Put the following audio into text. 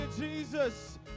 Jesus